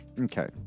Okay